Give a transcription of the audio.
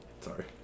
sorry